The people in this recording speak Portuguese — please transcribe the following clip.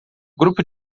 grupo